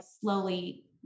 slowly